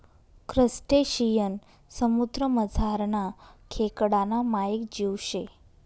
crustacean समुद्रमझारना खेकडाना मायेक जीव शे